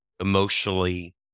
emotionally